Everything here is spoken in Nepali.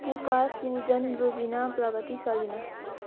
पुकार सुजन रुबिना प्रगति सलिना